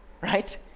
right